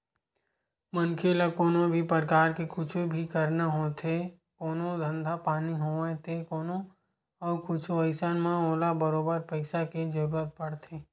मनखे ल कोनो भी परकार के कुछु भी करना होथे कोनो धंधा पानी होवय ते कोनो अउ कुछु अइसन म ओला बरोबर पइसा के जरुरत पड़थे